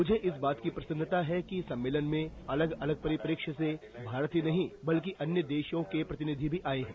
मुझे इस बात की प्रसन्नता है कि सम्मेलन में अलग अलग परिप्रेक्ष्य से भारत ही नहीं बल्कि अन्य देशों के प्रतिनिधि भी आए हैं